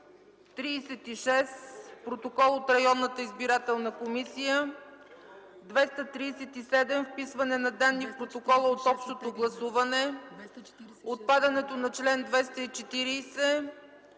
236 „Протокол от районната избирателна комисия”, чл. 237 „Вписване на данни в протокола от общото гласуване”, отпадането на чл. 240,